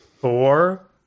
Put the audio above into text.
four